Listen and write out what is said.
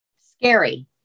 Scary